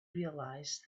realized